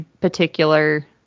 particular